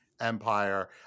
empire